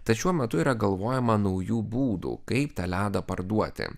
tad šiuo metu yra galvojama naujų būdų kaip tą ledą parduoti